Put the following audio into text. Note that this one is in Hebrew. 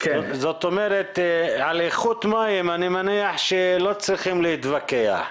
על איכות מים אני מניח שלא צריכים להתווכח.